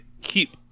keep